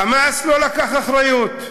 "חמאס" לא לקח אחריות,